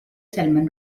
salmon